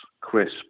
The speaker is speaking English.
crisp